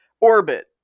orbit